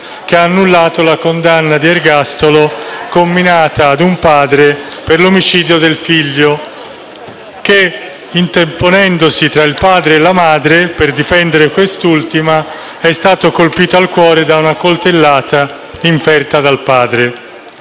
che ha annullato la condanna all'ergastolo inflitta a un padre per l'omicidio del figlio che, interponendosi tra il padre e la madre per difendere quest'ultima, è stato colpito a morte da una coltellata inferta dal padre.